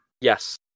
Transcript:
Yes